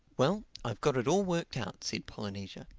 well, i've got it all worked out, said polynesia.